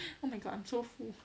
oh my god I'm so full